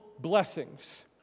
blessings